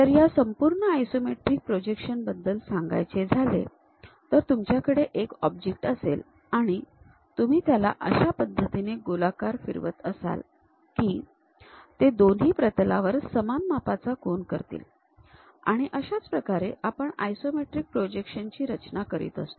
तर या संपूर्ण आयसोमेट्रिक प्रोजेक्शन बद्दल सांगायचे झाले तर तुमच्याकडे एक ऑब्जेक्ट असेल आणि तुम्ही त्याला अशा पद्धतीने गोलाकार फिरवत असाल की ते दोन्ही प्रतलावर समान मापाचा कोन करतील आणि अशाच प्रकारे आपण आयसोमेट्रिक प्रोजेक्शन ची रचना करत असतो